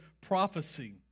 prophecy